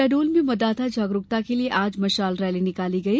शहडोल में मतदाता जागरूकता के लिये आज मशाल रैली निकाली गई